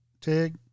TIG